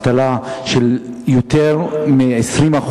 זו אבטלה של יותר מ-20%,